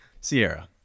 Sierra